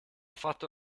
fatto